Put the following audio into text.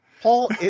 Paul